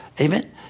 Amen